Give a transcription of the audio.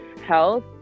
health